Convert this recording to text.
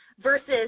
versus